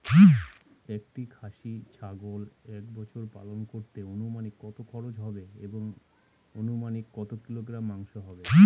একটি খাসি ছাগল এক বছর পালন করতে অনুমানিক কত খরচ হবে এবং অনুমানিক কত কিলোগ্রাম মাংস হবে?